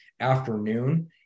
afternoon